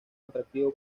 atractivo